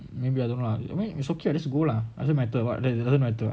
maybe I don't know lah I mean it's okay lah just go lah doesn't matter [what] that doesn't doesn't matter